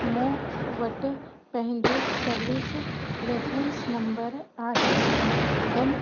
मूं वटि पंहिंजो सर्विस रेफिरंस नम्बर आहे एम